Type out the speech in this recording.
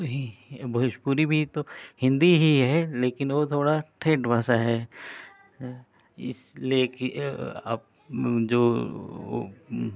भी भोजपुरी भी तो हिंदी ही है लेकिन वो थोड़ा ठेठ भाषा है इसलिए कि आप जो